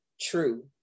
true